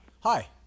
Hi